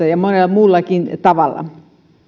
ja monella muullakin tavalla